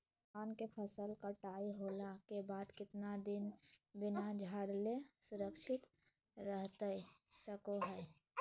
धान के फसल कटाई होला के बाद कितना दिन बिना झाड़ले सुरक्षित रहतई सको हय?